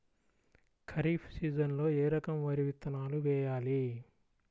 ఖరీఫ్ సీజన్లో ఏ రకం వరి విత్తనాలు వేయాలి?